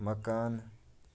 مکان